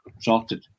Sorted